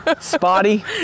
Spotty